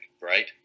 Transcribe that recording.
right